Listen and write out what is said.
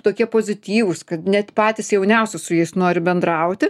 tokie pozityvūs kad net patys jauniausi su jais nori bendrauti